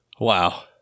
Wow